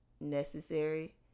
necessary